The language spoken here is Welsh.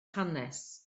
hanes